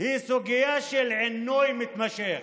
היא סוגיה של עינוי מתמשך.